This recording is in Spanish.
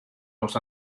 los